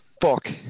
fuck